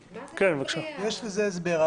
יש לזה הסבר.